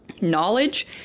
knowledge